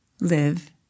live